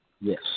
Yes